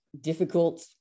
difficult